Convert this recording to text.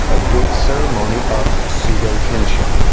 a big ceremony of pseudo kinship.